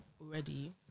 already